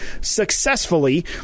successfully